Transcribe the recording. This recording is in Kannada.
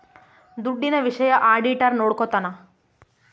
ದುಡ್ಡಿನ ವಿಷಯ ಆಡಿಟರ್ ನೋಡ್ಕೊತನ